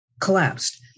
collapsed